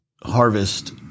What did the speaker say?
harvest